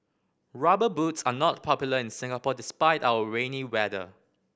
Rubber Boots are not popular in Singapore despite our rainy weather